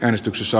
äänestyksissä